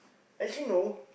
actually no